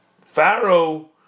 Pharaoh